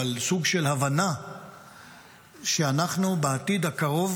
אבל סוג של הבנה שבעתיד הקרוב